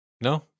no